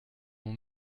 mon